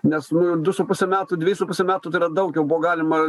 nes nu du su puse metų dveji su puse metų tai yra daug jau buvo galima